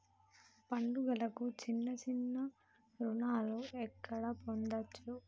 పండుగలకు చిన్న చిన్న రుణాలు ఎక్కడ పొందచ్చు?